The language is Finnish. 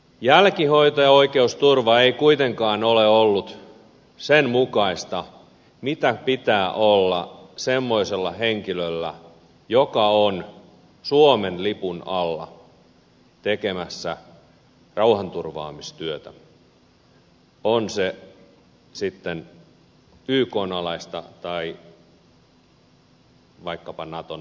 jälkihoito ja oikeusturva ei kuitenkaan ole ollut sen mukaista mitä pitää olla semmoisella henkilöllä joka on suomen lipun alla tekemässä rauhanturvaamistyötä on se sitten ykn alaista tai vaikkapa naton alaista toimintaa